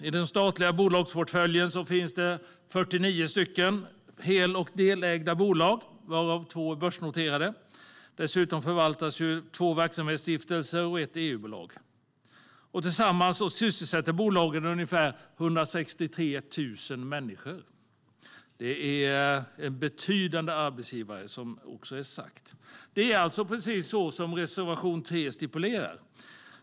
I den statliga bolagsportföljen finns 49 hel och delägda bolag, varav två är börsnoterade. Dessutom förvaltas två verksamhetsstiftelser och ett EU-bolag. Tillsammans sysselsätter bolagen ungefär 163 000 människor, vilket gör dem till betydande arbetsgivare. Det är som reservation 3 stipulerar.